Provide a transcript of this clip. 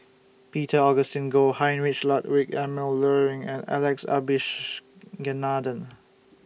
Peter Augustine Goh Heinrich Ludwig Emil Luering and Alex Abisheganaden